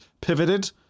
pivoted